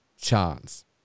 chance